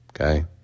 Okay